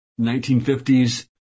1950s